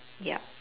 yup